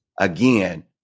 again